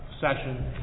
session